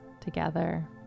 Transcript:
together